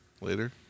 later